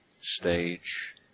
stage